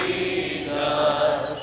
Jesus